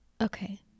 Okay